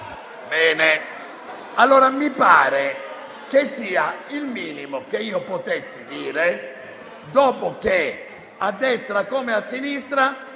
Bene, allora mi pare che sia il minimo che potessi dire, dopo che, a destra come a sinistra,